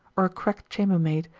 or a cracked chambermaid,